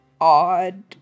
odd